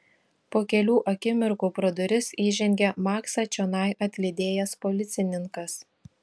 po kelių akimirkų pro duris įžengė maksą čionai atlydėjęs policininkas